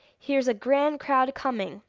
here's a grand crowd coming!